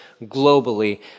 Globally